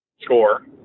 Score